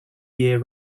year